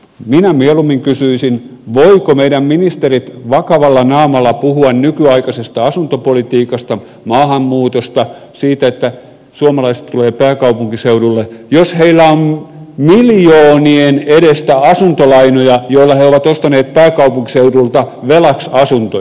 minä mieluummin kysyisin voivatko meidän ministerit vakavalla naamalla puhua nykyaikaisesta asuntopolitiikasta maahanmuutosta siitä että suomalaiset tulevat pääkaupunkiseudulle jos heillä on miljoonien edestä asuntolainoja joilla he ovat ostaneet pääkaupunkiseudulta velaksi asuntoja